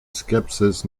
skepsis